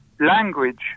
Language